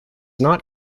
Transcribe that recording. not